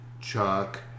Chuck